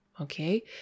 okay